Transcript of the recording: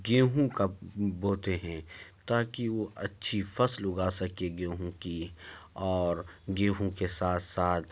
گیہوں کا بوتے ہیں تاکہ وہ اچھی فصل اگا سکیں گیہوں کی اور گیہوں کے ساتھ ساتھ